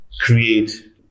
create